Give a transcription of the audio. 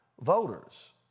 voters